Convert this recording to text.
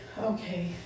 Okay